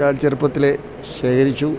ചെറുപ്പത്തിലേ ശേഖരിച്ചു